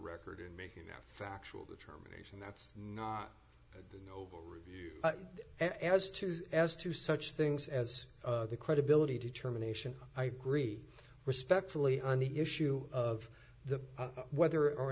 record in making a factual determination that as to as to such things as the credibility determination i agree respectfully on the issue of the whether or